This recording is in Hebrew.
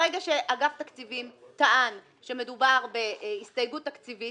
ברגע שאגף התקציבים טען שמדובר בהסתייגות תקציבית,